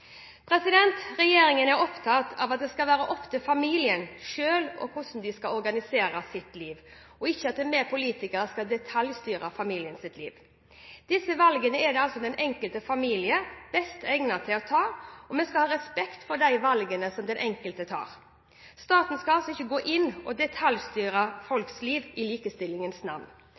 Regjeringen er opptatt av at det skal være opp til familien selv hvordan den skal organisere sitt liv, ikke at vi politikere skal detaljstyre familiens liv. Disse valgene er den enkelte familie best egnet til å ta, og vi skal ha respekt for de valgene som den enkelte tar. Staten skal ikke gå inn og detaljstyre folks liv i likestillingens navn.